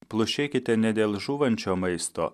plušėkite ne dėl žūvančio maisto